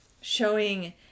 showing